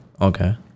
Okay